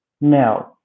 No